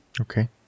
Okay